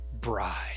bride